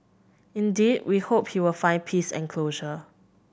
indeed we hope he will find peace and closure